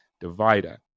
divider